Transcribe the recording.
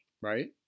Right